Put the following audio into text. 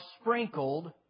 sprinkled